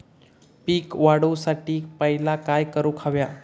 पीक वाढवुसाठी पहिला काय करूक हव्या?